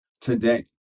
Today